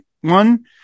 one